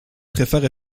préfèrent